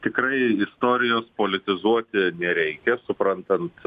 tikrai istorijos politizuoti nereikia suprantant